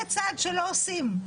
זה צעד שלא עושים.